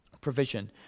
provision